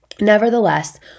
nevertheless